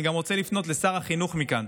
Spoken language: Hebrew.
אני רוצה גם לפנות לשר החינוך מכאן.